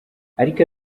ariko